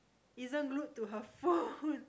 isn't glued to her phone